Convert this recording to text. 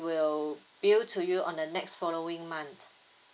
it will bill to you on the next following month